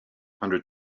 hundred